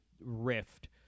rift